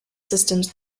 systems